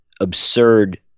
absurd